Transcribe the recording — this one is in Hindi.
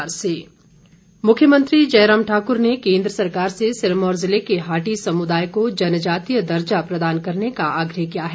आग्र ह मुख्यमंत्री जयराम ठाकुर ने केन्द्र सरकार से सिरमौर ज़िले के हाटी समुदाय को जनजातीय दर्जा प्रदान करने का आग्रह किया है